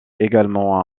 également